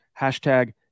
hashtag